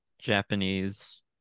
Japanese